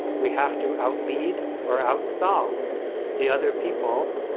we have to out-lead or out-solve the other people.